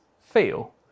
feel